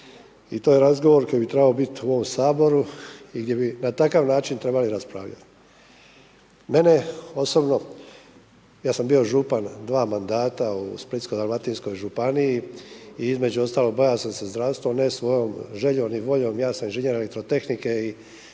i to razgovor koji bi trebao biti u ovom Saboru i gdje bi na takav način trebala raspravljati. Mene osobno, ja sam bio župan dva mandata u Splitsko-dalmatinskoj županiji i između ostalog bavio sam se zdravstvom, ne svojom željom ni voljom, ja sam inženjer elektrotehnike i